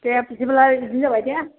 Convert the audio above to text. दे बिदिब्लालाय बिदिनो जाबाय दे